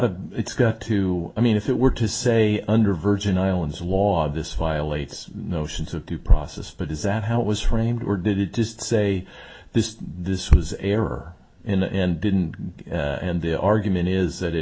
a it's got to i mean if it were to say under virgin islands law this violates notions of due process but is that how it was framed or did it just say this this was error and didn't and the argument is that it